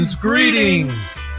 Greetings